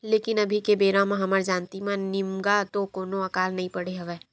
लेकिन अभी के बेरा म हमर जानती म निमगा तो कोनो अकाल नइ पड़े हवय